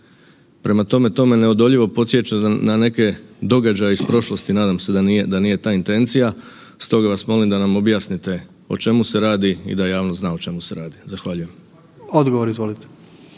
prema tome, to me neodoljivo podsjeća na neke događaje iz prošlosti, nadam se da nije ta intencija, stoga vas molim da nam objasnite o čemu se radi i da javnost zna o čemu se radi. Zahvaljujem. **Jandroković,